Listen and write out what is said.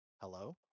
Hello